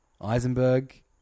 Eisenberg